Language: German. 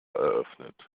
eröffnet